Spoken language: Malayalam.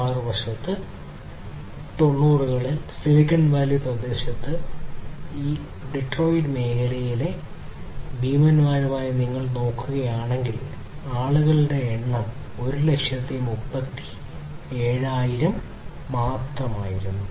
മറുവശത്ത് 1990 കളിൽ സിലിക്കൺ വാലി പ്രദേശത്ത് ഡെട്രോയിറ്റ് മേഖലയിലെ ഈ വ്യവസായ ഭീമന്മാരുമായി നിങ്ങൾ താരതമ്യം ചെയ്താൽ ജീവനക്കാരുടെ എണ്ണം 137000 മാത്രമായിരുന്നു